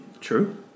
true